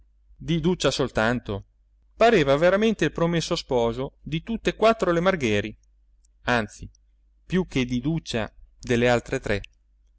iduccia soltanto pareva veramente il promesso sposo di tutt'e quattro le margheri anzi più che di iduccia delle altre tre